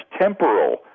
temporal